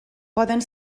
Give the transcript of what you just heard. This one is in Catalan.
poden